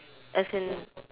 as in